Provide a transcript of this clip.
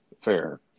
fair